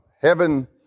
heaven